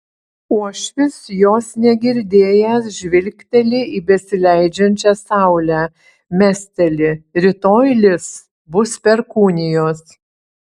uošvis jos negirdėjęs žvilgteli į besileidžiančią saulę mesteli rytoj lis bus perkūnijos